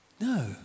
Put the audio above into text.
No